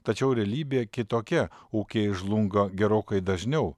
tačiau realybė kitokia ūkiai žlunga gerokai dažniau